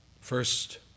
First